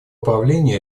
правления